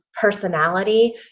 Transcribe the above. personality